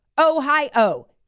Ohio